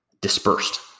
dispersed